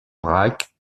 brac